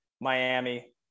Miami